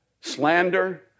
Slander